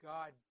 God